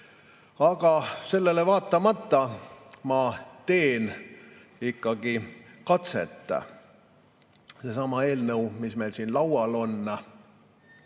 Aga sellele vaatamata teen ma ikkagi katset. Seesama eelnõu, mis meil siin laual on